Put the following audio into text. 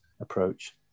approach